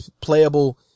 playable